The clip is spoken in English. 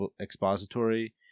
expository